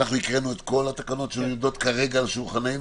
אנחנו הקראנו את כל התקנות שמיועדות כרגע על שולחננו?